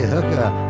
Hooker